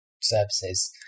Services